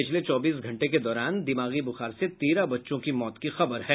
पिछले चौबीस घंटे के दौरान दिमागी बुखार से तेरह बच्चों की मौत की खबर है